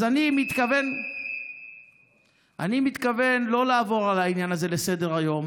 אז אני מתכוון לא לעבור על העניין הזה לסדר-היום